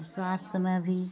स्वास्थ्यमे भी